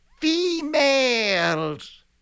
females